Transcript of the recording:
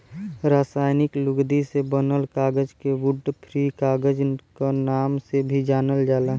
रासायनिक लुगदी से बनल कागज के वुड फ्री कागज क नाम से भी जानल जाला